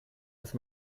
erst